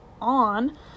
on